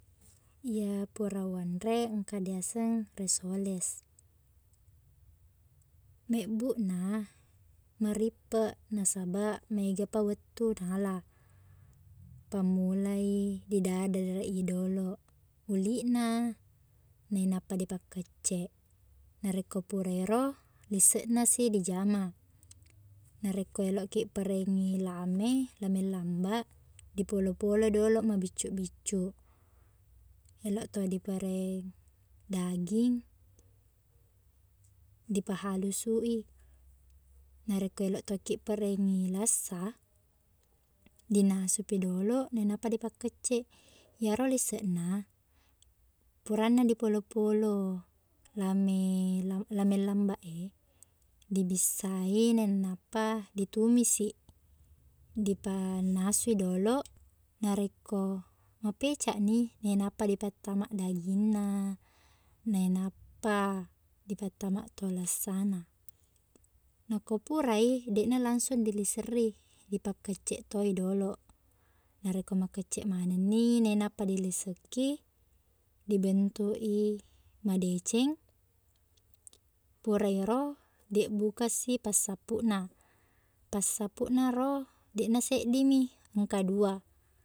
Iye pura wanre engka diaseng risoles mebbuqna marippeq nasabaq maegapa wettu nala pammula didadaraq i doloq oliqna nainappa dipakkecceq narekko pura ero liseqnasi dijama narekko eloqkiq pareng i lame lame lambaq dipolo-poloi doloq mabiccu-biccu eloq to dipareng daging dipahalusuq i narekko eloq tokkiq pareng i lassa dinasupi doloq nainappa dipakkecceq iyaro liseqna purana dipolo-polo lame lame lambaq e dibissai nainappa ditumisi dipannasui doloq narekko mapecaqni nainappa dipattama dagingna nainappa dipattamato lassana nako pura i deq nalangsung diliserri dipakecceq to i doloq narekko makecceq maneng ni nainappa diliseki dibentuk i madeceng pura ero dibbukeqsi passapuqna passapuqnaro deqna seddimi engka dua